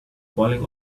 falling